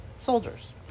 soldiers